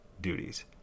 duties